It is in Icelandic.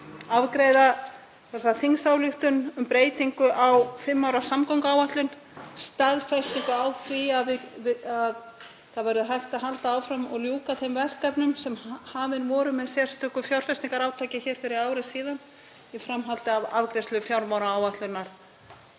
afgreiða þessa þingsályktunartillögu um breytingu á fimm ára samgönguáætlun, staðfestingu á því að hægt verði að halda áfram og ljúka þeim verkefnum sem hafin voru með sérstöku fjárfestingarátak fyrir ári. Í framhaldi af afgreiðslu fjármálaáætlunar